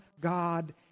God